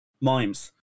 Mimes